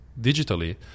digitally